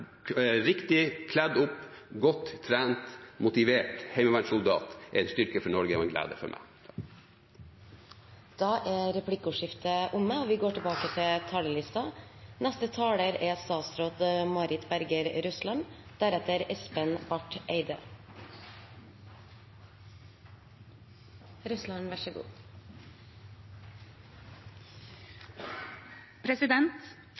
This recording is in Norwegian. Enhver riktig kledd opp, godt trent og motivert heimevernssoldat er en styrke for Norge og en glede for meg. Da er replikkordskiftet omme. Det er i Norges interesse å samarbeide tett med EU om felles europeiske og